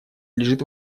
лежит